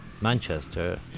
Manchester